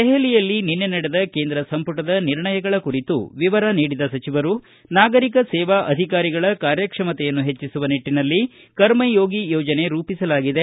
ದೆಹಲಿಯಲಿ ನಿನ್ನೆ ನಡೆದ ಕೇಂದ್ರ ಸಂಪುಟದ ನಿರ್ಣಯಗಳ ಕುರಿತು ವಿವರ ನೀಡಿದ ಸಚಿವರು ನಾಗರಿಕ ಸೇವಾ ಅಧಿಕಾರಿಗಳ ಕಾರ್ಯಕ್ಷಮತೆಯನ್ನು ಹೆಟ್ಟಸುವ ನಿಟ್ಟಿನಲ್ಲಿ ಕರ್ಮಯೋಗಿ ಯೋಜನೆ ರೂಪಿಸಲಾಗಿದೆ